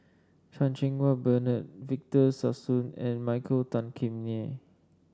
Chan Cheng Wah Bernard Victor Sassoon and Michael Tan Kim Nei